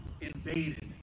invaded